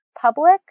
public